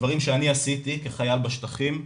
דברים שאני עשיתי כחייל בשטחים,